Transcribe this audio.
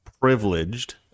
privileged